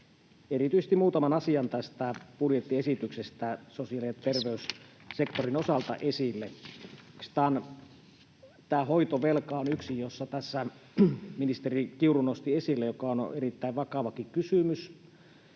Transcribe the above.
erityisesti muutaman asian tästä budjettiesityksestä sosiaali- ja terveyssektorin osalta. Oikeastaan tämä hoitovelka on yksi, jonka tässä ministeri Kiuru nosti esille ja joka on erittäin vakavakin kysymys.